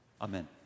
Amen